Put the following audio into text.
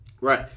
Right